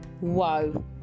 whoa